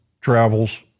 travels